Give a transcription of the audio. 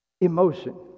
emotion